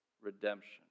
redemption